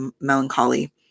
melancholy